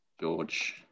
George